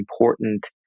important